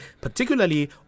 particularly